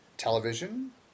television